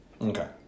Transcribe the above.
Okay